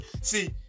see